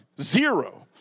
zero